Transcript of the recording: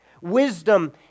Wisdom